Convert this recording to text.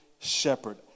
shepherd